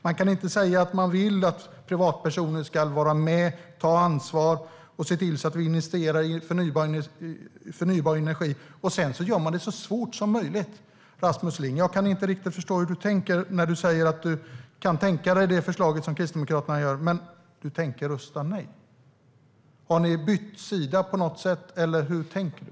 Man kan inte säga att man vill att privatpersoner ska vara med och ta ansvar och se till att vi investerar i förnybar energi - och sedan göra det så svårt som möjligt. Jag kan inte riktigt förstå hur du tänker när du säger att du kan tänka dig det förslag Kristdemokraterna har men att du tänker rösta nej, Rasmus Ling. Har ni bytt sida på något sätt, eller hur tänker du?